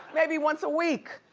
maybe once a week!